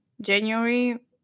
January